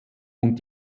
und